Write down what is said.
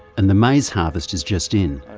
and the maize harvest is just in,